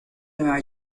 nueva